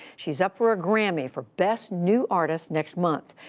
she's up for a grammy for best new artist next month.